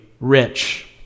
rich